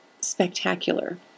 spectacular